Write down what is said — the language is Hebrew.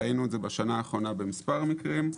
ראינו את זה בשנה האחרונה בכמה מקרים.